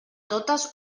totes